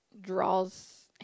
draws